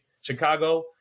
Chicago